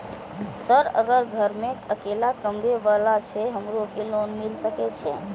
Sir अगर घर में अकेला कमबे वाला छे हमरो के लोन मिल सके छे?